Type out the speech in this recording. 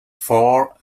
four